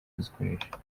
kuzikoresha